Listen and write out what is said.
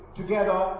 together